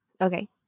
okay